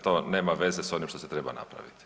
To nema veze sa onim što se treba napraviti.